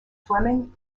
fleming